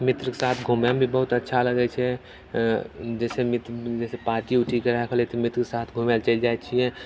मित्रके साथ घूमैमे भी बहुत अच्छा लगैत छै जैसे मित्र जैसे पार्टी ओर्टीके राखल हय तऽ मित्रके साथ घूमए लऽ चलि जाइत छियै